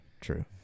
True